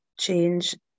change